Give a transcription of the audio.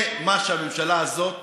זה מה שהממשלה הזאת